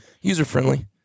user-friendly